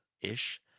ish